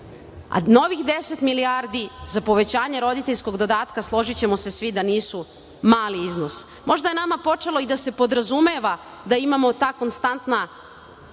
a novih deset milijardi za povećanje roditeljskog dodatka, složićemo se svi da nisu mali iznos. Možda je nama počelo i da se podrazumeva da imamo ta konstantna